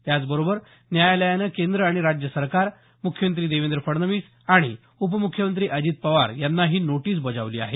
त्याचबरोबर न्यायालयानं केंद्र आणि राज्य सरकार मुख्यमंत्री देवेंद्र फडणवीस आणि उपमुख्यमंत्री अजित पवार यांनाही नोटीस बजावली आहे